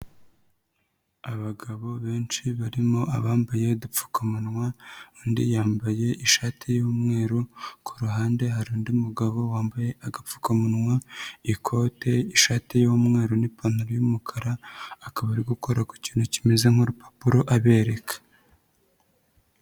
Abagabo benshi barimo abambaye udupfukamuwa, undi yambaye ishati y'umweru, ku ruhande hari undi mugabo wambaye agapfukamunwa, ikote, ishati y'umweru n'ipantaro y'umukara, akaba ari gukora ku kintu kimeze nk'urupapuro abereka.